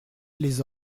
les